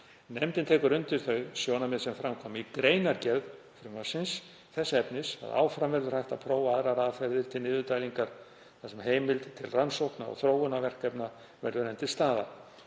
Nefndin tekur undir þau sjónarmið sem fram koma í greinargerð frumvarpsins þess efnis að áfram verður hægt að prófa aðrar aðferðir til niðurdælingar þar sem heimild til rannsókna og þróunarverkefna verður enn til staðar.